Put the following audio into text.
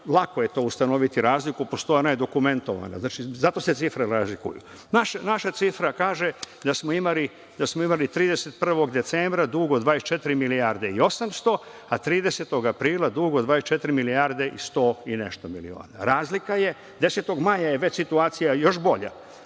Lako je ustanoviti razliku. Postoje dokumentovano. Zato se cifre razlikuju. Naša cifra kaže da smo imali 31. decembra dug od 24 milijarde i 800, a 30. aprila dug od 24 milijarde i 100 i nešto miliona. Razlika je, 10. maja je već situacija još bolja,